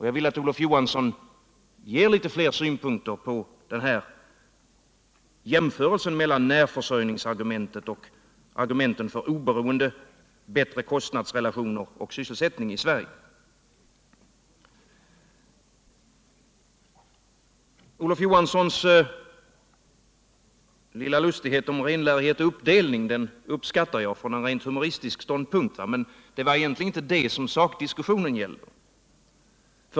Jag vill att Olof Johansson ger litet fler synpunkter på jämförelsen mellan närförsörjningsargumentet och argumenten för oberoende, bättre kostnadsrelationer och sysselsättning i Sverige. Jag från en rent humoristisk ståndpunkt. men det var egentligen inte det som sakdiskussionen gällde.